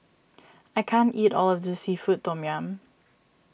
I can't eat all of this Seafood Tom Yum